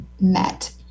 met